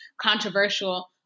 controversial